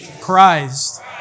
Christ